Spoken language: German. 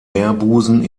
meerbusen